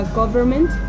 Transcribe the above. government